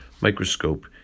microscope